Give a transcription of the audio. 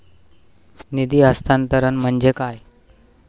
निधी हस्तांतरण म्हणजे काय?